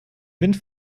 wind